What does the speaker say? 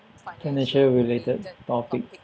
financial related topic